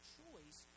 choice